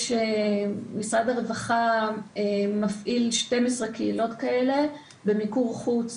משרד הרווחה מפעיל 12 קהילות כאלה במיקור חוץ,